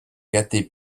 gâté